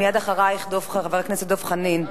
מייד אחרייך חבר הכנסת דב חנין.